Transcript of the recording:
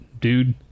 dude